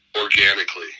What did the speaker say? organically